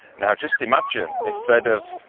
now just imagine if they'd have,